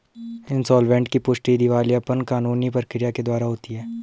insolvent की पुष्टि दिवालियापन कानूनी प्रक्रिया के द्वारा होती है